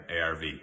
ARV